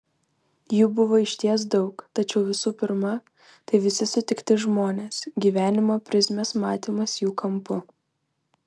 jų buvo išties daug tačiau visų pirma tai visi sutikti žmonės gyvenimo prizmės matymas jų kampu